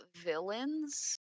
Villains